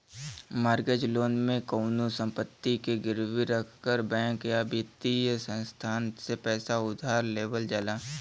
mortgage loan में कउनो संपत्ति के गिरवी रखकर बैंक या वित्तीय संस्थान से पैसा उधार लेवल जाला